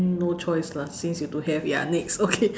no choice lah since you don't have ya next